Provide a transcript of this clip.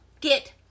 get